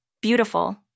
beautiful